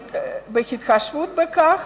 בהתחשב בכך